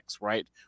right